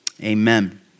Amen